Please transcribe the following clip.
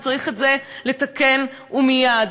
וצריך לתקן את זה ומייד,